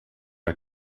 are